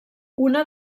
una